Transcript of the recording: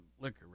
liquor